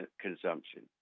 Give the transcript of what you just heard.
consumption